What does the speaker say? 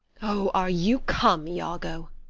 o, are you come, iago?